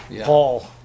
Paul